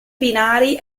binari